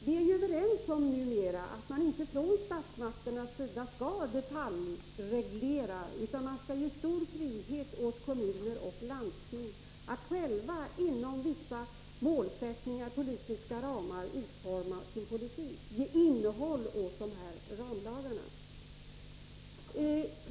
Vi är numera överens om att statsmakterna inte skall detaljreglera, utan att kommuner och landsting skall ges stor frihet att själva — inom vissa politiska ramar — utforma sin politik och ge innehåll åt dessa ramlagar.